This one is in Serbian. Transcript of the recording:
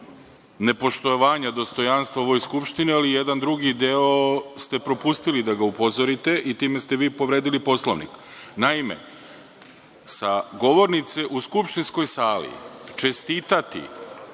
nepoštovanja dostojanstva u ovoj Skupštini, ali drugi deo ste propustili da ga upozorite i time ste vi povredili Poslovnik. Naime, sa govornice u skupštinskoj sali čestitati